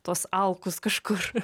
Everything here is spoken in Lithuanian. tuos alkus kažkur